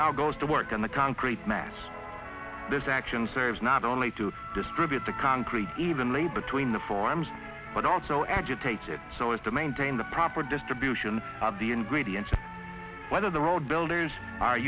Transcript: now goes to work on the concrete mass this action serves not only to distribute the concrete evenly between the farms but also agitated so as to maintain the proper distribution of the ingredients whether the road builders are